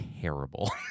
terrible